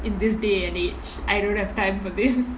in this day and age I don't have time for this